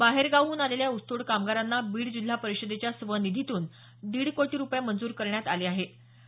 बाहेरगावाहून आलेल्या ऊसतोड कामगारांना बीड जिल्हा परिषदेच्या स्वनिधीतून यासाठी दीड कोटी रुपये मंजूर करण्यात आले होते